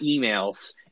emails